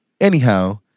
Anyhow